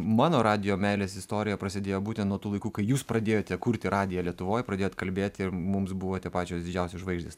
mano radijo meilės istorija prasidėjo būtent nuo tų laikų kai jūs pradėjote kurti radiją lietuvoj pradėjot kalbėt ir mums buvote pačios didžiausios žvaigždės